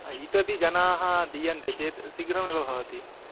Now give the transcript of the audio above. इतोपि जनाः दीयन्ते चेत् शिघ्रमेव भवति